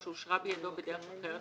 שנחתמה בידו או שאושרה בידו בדרך אחרת,